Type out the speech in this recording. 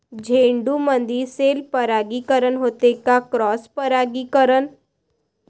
झेंडूमंदी सेल्फ परागीकरन होते का क्रॉस परागीकरन?